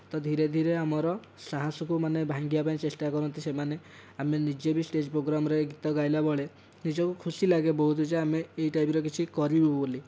ତ ଧୀରେଧୀରେ ଆମର ସାହାସକୁ ମାନେ ଭାଙ୍ଗିବା ପାଇଁ ଚେଷ୍ଟା କରନ୍ତି ସେମାନେ ଆମେ ନିଜେ ଭି ଷ୍ଟେଜ୍ ପୋଗ୍ରାମ୍ରେ ଗୀତ ଗାଇଲାବେଳେ ନିଜକୁ ଖୁସି ଲାଗେ ବହୁତ ଯେ ଆମେ ଏହି ଟାଇପ୍ର କିଛି କରିବୁ ବୋଲି